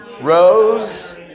rose